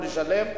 נשלם עליה.